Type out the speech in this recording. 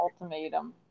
ultimatum